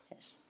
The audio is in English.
yes